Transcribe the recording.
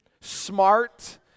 smart